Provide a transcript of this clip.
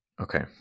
Okay